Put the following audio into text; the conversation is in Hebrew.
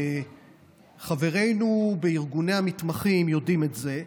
וחברינו בארגוני המתמחים יודעים את זה,